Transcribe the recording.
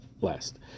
Last